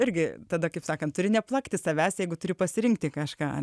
irgi tada kaip sakant turi neplakti savęs jeigu turi pasirinkti kažką